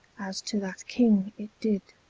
as to that king it did.